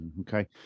Okay